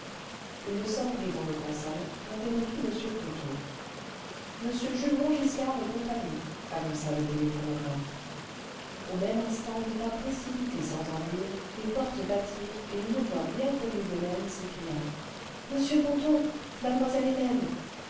une sonnerie dans le grand salon interrompit m ponto m jules montgiscard et ci annonça le téléphonographe au même instant des pas précipités s'entendirent des portes battirent et une voix bien connue d'hélène s'écria monsieur ponto mademoiselle hélène